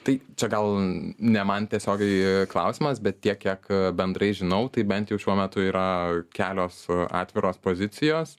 tai čia gal ne man tiesiogiai klausimas bet tiek kiek bendrai žinau tai bent jau šiuo metu yra kelios atviros pozicijos